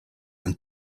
and